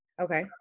Okay